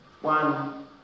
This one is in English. one